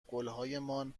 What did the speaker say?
قولهایمان